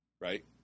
right